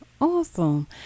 Awesome